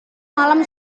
malam